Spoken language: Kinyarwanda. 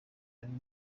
ari